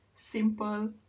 simple